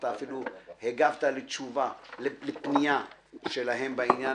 אתה אפילו הגבת לפנייה שלהם בעניין,